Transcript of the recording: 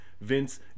Vince